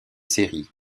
séries